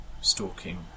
stalking